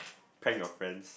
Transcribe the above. peng your friend